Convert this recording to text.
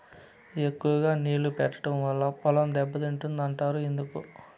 ఎక్కువగా నీళ్లు పెట్టడం వల్ల పొలం దెబ్బతింటుంది అంటారు ఎందుకు?